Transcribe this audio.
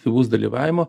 aktyvaus dalyvavimo